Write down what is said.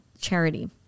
charity